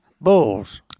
bulls